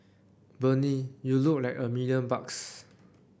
Bernie you look like a million bucks